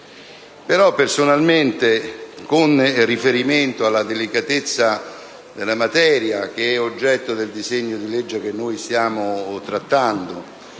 Personalmente, però, con riferimento alla delicatezza della materia oggetto del disegno di legge che stiamo trattando